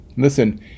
Listen